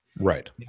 right